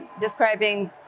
describing